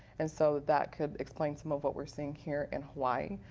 and so that could explain some of what we're seeing here in hawai'i.